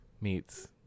meets